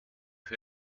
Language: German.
für